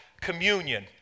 communion